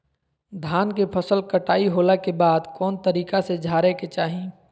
धान के फसल कटाई होला के बाद कौन तरीका से झारे के चाहि?